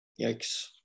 Yikes